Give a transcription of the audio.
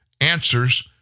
answers